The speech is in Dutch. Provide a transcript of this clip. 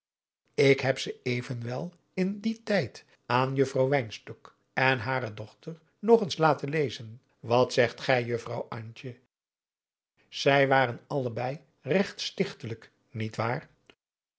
ik heb ze evenwel in dien tijd aan juffrouw wynstok en hare dochter nog eens laten lezen wat zegt gij juffrouw antje zij waren allebeî regt stichtelijk niet waar